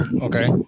Okay